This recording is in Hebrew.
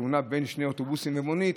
לתאונה בין שני אוטובוסים למונית,